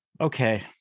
Okay